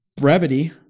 brevity